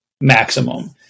maximum